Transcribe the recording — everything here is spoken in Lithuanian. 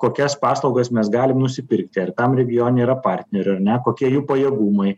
kokias paslaugas mes galim nusipirkti ar tam regione yra partnerių ar ne kokia jų pajėgumai